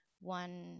one